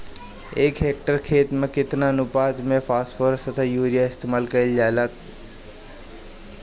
एक हेक्टयर खेत में केतना अनुपात में फासफोरस तथा यूरीया इस्तेमाल कईल जाला कईल जाला?